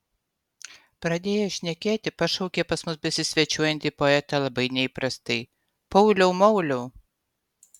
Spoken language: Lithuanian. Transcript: pradėjęs šnekėti pašaukė pas mus besisvečiuojantį poetą labai neįprastai pauliau mauliau